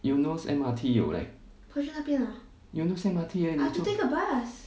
eunos M_R_T 有 leh eunos M_R_T 而已